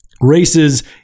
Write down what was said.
Races